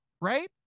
right